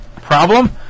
Problem